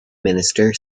minister